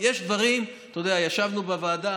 ישבנו בוועדה,